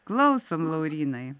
klausom laurynai